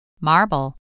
Marble